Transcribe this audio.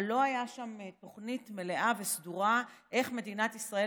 אבל לא הייתה שם תוכנית מלאה וסדורה איך מדינת ישראל